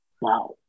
wow